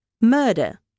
Murder